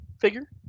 figure